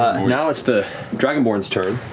now it's the dragonborn's turn.